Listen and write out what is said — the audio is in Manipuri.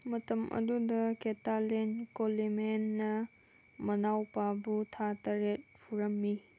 ꯃꯇꯝ ꯑꯗꯨꯗ ꯀꯦꯇꯥꯂꯦꯟ ꯀꯣꯂꯦꯃꯦꯟꯅ ꯃꯅꯥꯎꯄꯥꯕꯨ ꯊꯥ ꯇꯔꯦꯠ ꯐꯨꯔꯝꯃꯤ